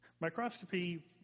Microscopy